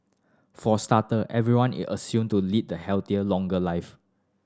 for starter everyone is assumed to lead the healthier longer life